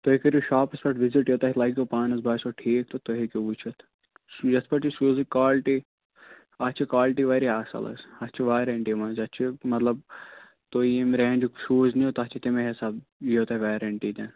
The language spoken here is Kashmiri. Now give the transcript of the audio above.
تُہۍ کٔرِو شوٛاپس پٮ۪ٹھ وِزِٹ یہِ تتہِ لگوٕ پانس باسوٕ ٹھیٖک تہٕ تُہۍ ہیکِو وُچھِتھ یتھ پٲٹھۍ یہِ شوٗزٕچ کوٛالٹی اسہِ چھِ کوٛالٹی واریاہ اصٕل حظ اسہِ چھِ وارنٛٹی منٛز اَتھ چھِ مطلب تُہۍ ییٚمہِ برٛانٛڈُک شوٗز نِیو تتھ چھِ تٔمے حِساب ییِوٕ تۄہہِ ویرنٛٹی تہِ